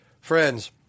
Friends